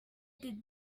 did